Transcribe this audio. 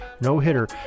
no-hitter